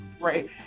right